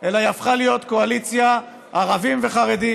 אלא היא הפכה להיות קואליציה, ערבים וחרדים: